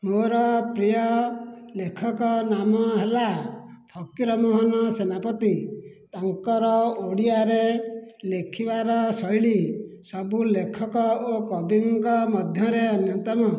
ମୋର ପ୍ରିୟ ଲେଖକ ନାମ ହେଲା ଫକିରମୋହନ ସେନାପତି ତାଙ୍କର ଓଡ଼ିଆରେ ଲେଖିବାର ଶୈଳୀ ସବୁ ଲେଖକ ଓ କବିଙ୍କ ମଧ୍ୟରେ ଅନ୍ୟତମ